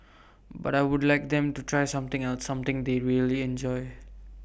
but I would like them to try something else something they really enjoy